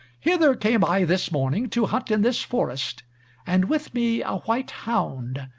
hither came i this morning to hunt in this forest and with me a white hound,